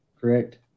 Correct